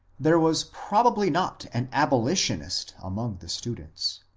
there was probably not an abolitionist among the students,